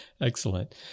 Excellent